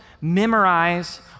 memorize